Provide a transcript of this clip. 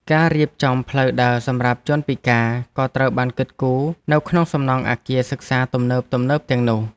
ការរៀបចំផ្លូវដើរសម្រាប់ជនពិការក៏ត្រូវបានគិតគូរនៅក្នុងសំណង់អគារសិក្សាទំនើបៗទាំងនោះ។